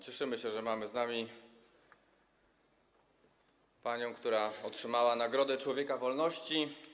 Cieszymy się, że mamy z nami panią, która otrzymała nagrodę Człowiek Wolności.